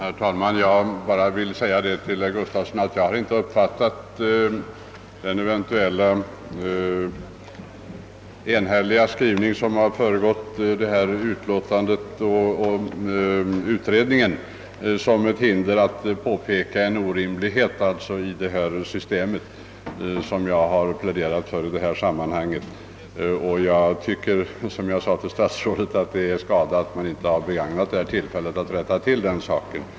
Herr talman! Till herr Gustavsson i Alvesta vill jag bara säga att jag inte uppfattat den eventuellt enhälliga skrivningen i detta utlåtande och utredningen som föregått propositionen som ett hinder för att påpeka en orimlighet i det föreslagna systemet. Det är en förbättring här som jag i detta sammanhar pläderat för. Som jag sade till statsrådet tycker jag att det är skada att man inte har begagnat tillfället till att rätta till den saken.